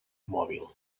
mòbil